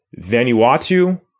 Vanuatu